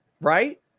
right